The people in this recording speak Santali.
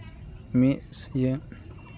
ᱢᱤᱫ ᱤᱭᱟᱹ